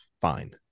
fine